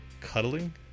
cuddling